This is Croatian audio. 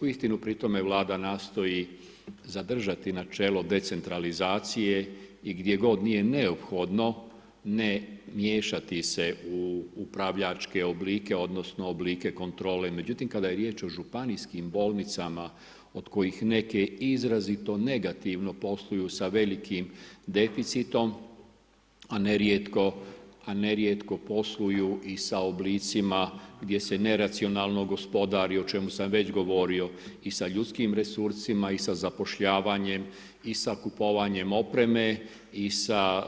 Uistinu pri tome Vlada nastoji zadržati načelo decentralizacije i gdje god nije neophodno ne miješati se u upravljačke oblike odnosno oblike kontrole međutim kada je riječ o županijskim bolnicama od kojih neke izrazito negativno posluju sa velikim deficitom a nerijetko posluju i sa oblicima gdje se neracionalno gospodari o čemu sam već govorio i sa ljudskim resursima i sa zapošljavanjem i sa kupovanjem opreme i sa